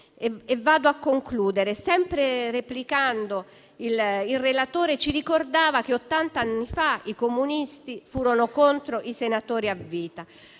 Vado a concludere. Sempre replicando, il relatore ci ha ricordato che ottant'anni fa i comunisti furono contro i senatori a vita.